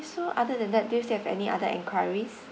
so other than that do you still have any other enquiries